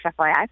FYI